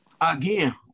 Again